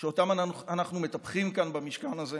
שאותם אנחנו מטפחים כאן, במשכן הזה,